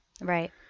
Right